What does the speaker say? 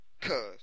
Cause